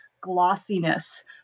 glossiness